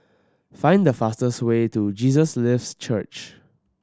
find the fastest way to Jesus Lives Church